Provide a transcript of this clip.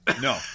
No